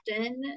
often